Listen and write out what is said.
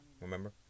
remember